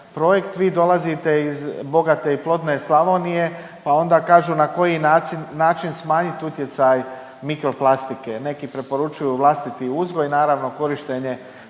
projekt. Vi dolazite iz bogate i plodne Slavonije, pa onda kažu na koji način smanjiti utjecaj mikroplastike. Neki preporučuju vlastiti uzgoj, naravno korištenje privremenih